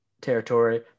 territory